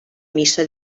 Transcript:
missa